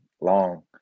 long